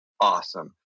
Awesome